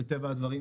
מטבע הדברים.